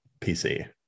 pc